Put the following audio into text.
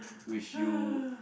which you